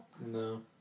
No